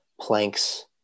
planks